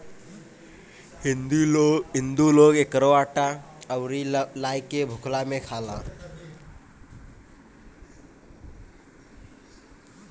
हिंदू लोग एकरो आटा अउरी लाई के भुखला में खाला